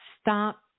stop